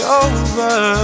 over